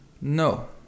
no